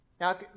Now